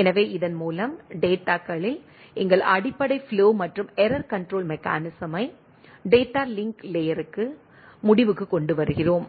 எனவே இதன் மூலம் டேட்டாகளில் எங்கள் அடிப்படை ஃப்ளோ மற்றும் ஏரர் கண்ட்ரோல் மெக்கானிசமை டேட்டா லிங்க் லேயருக்கு முடிவுக்குக் கொண்டுவருகிறோம்